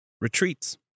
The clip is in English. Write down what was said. Retreats